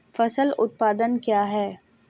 फसल उत्पादन क्या है?